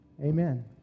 Amen